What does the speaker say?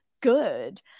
good